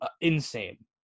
insane